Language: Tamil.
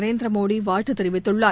நரேந்திர மோடி வாழ்த்து தெரிவித்துள்ளார்